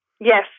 Yes